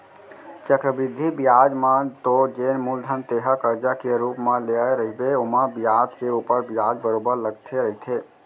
चक्रबृद्धि बियाज म तो जेन मूलधन तेंहा करजा के रुप म लेय रहिबे ओमा बियाज के ऊपर बियाज बरोबर लगते रहिथे